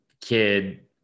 kid